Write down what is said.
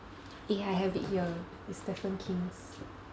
eh I have it here it's stephen kings